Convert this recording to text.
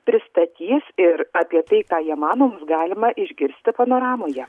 pristatys ir apie tai ką jie mano bus galima išgirsti panoramoje